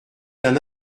d’un